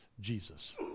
Jesus